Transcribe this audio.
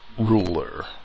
ruler